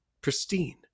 pristine